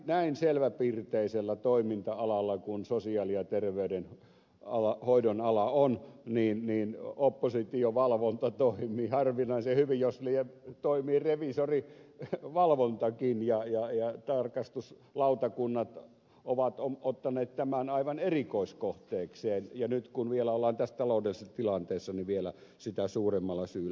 näin selväpiirteisellä toiminta alalla kuin sosiaali ja terveydenhoidon ala on oppositiovalvonta toimii harvinaisen hyvin jos lie toimii reviisorivalvontakin ja tarkastuslautakunnat ovat ottaneet tämän aivan erikoiskohteekseen ja nyt kun vielä ollaan tässä taloudellisessa tilanteessa niin vielä sitä suuremmalla syyllä